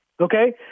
Okay